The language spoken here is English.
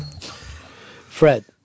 Fred